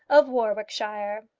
of warwickshire.